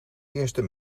eerste